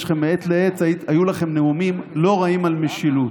היו לכם מעת לעת נאומים לא רעים על משילות.